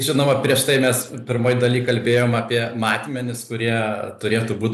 žinoma prieš tai mes pirmoj daly kalbėjom apie matmenis kurie turėtų būt